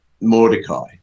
Mordecai